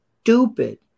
stupid